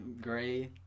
gray